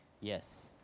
Yes